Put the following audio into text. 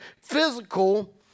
physical